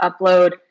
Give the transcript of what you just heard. upload